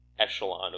echelon